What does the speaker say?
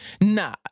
nah